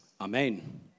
Amen